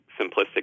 simplistic